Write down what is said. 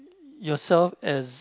yourself as